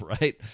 Right